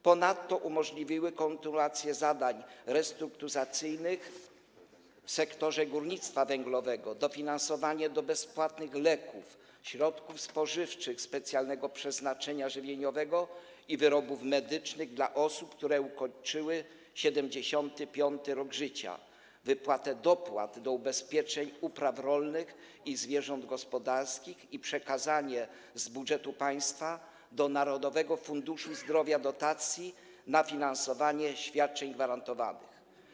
Ponadto umożliwiły kontynuację zadań restrukturyzacyjnych w sektorze górnictwa węglowego, dofinansowanie do bezpłatnych leków, środków spożywczych specjalnego przeznaczenia żywieniowego i wyrobów medycznych dla osób, które ukończyły 75. rok życia, wypłatę dopłat do ubezpieczeń upraw rolnych i zwierząt gospodarskich i przekazanie z budżetu państwa do Narodowego Funduszu Zdrowia dotacji na finansowanie świadczeń gwarantowanych.